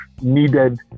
needed